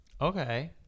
Okay